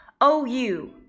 O-U